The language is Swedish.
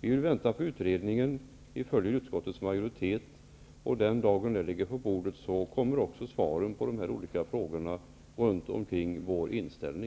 Vi vill vänta på utredningen och följa utskottets majoritet. Den dag som utredningen ligger på bordet kommer också svaren på de olika frågorna angående vår inställning.